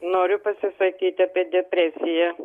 noriu pasisakyti apie depresiją